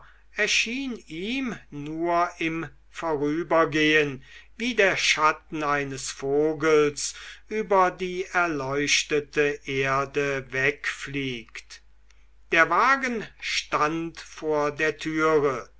erschien ihm nur im vorübergehen wie der schatten eines vogels über die erleuchtete erde wegfliegt der wagen stand vor der türe